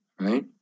right